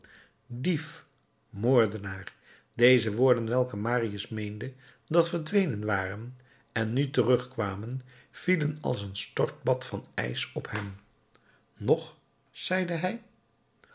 dief moordenaar deze woorden welke marius meende dat verdwenen waren en nu terugkwamen vielen als een stortbad van ijs op hem nog zeide hij